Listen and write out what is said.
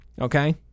Okay